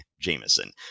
Jameson